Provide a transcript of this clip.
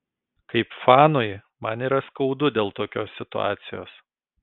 kaip fanui man yra skaudu dėl tokios situacijos